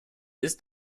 ist